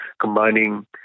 combining